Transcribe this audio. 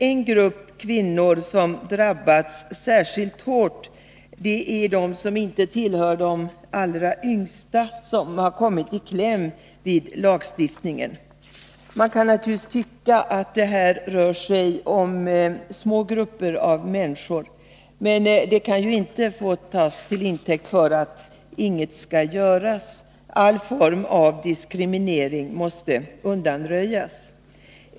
En grupp kvinnor som drabbas särskilt hårt är desom = mentets område inte tillhör de allra yngsta och som kommit i kläm genom lagstiftningens effekter. Man kan naturligtvis tycka att det här rör sig om små grupper av människor, men det kan ju inte få tas till intäkt för att inget skall göras. All form av diskriminering måste undanröjas.